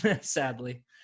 Sadly